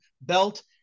Belt